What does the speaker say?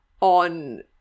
on